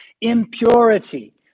impurity